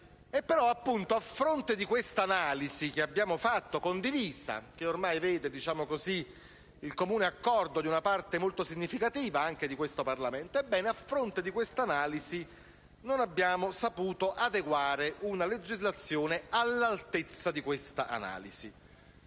però, a fronte di questa analisi che abbiamo fatto, condivisa, che ormai vede il comune accordo di una parte molto significativa anche di questo Parlamento, non abbiamo saputo adeguare una legislazione che fosse all'altezza.